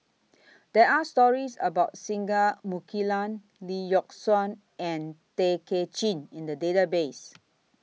There Are stories about Singai Mukilan Lee Yock Suan and Tay Kay Chin in The Database